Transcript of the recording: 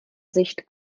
sicht